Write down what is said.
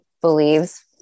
believes